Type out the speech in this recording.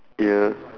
ya